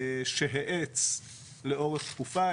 שהאץ לאורך תקופה,